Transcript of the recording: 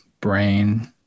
brain